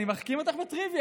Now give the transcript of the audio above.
אני מחכים אותך בטריוויה,